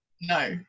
no